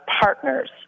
partners